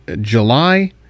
July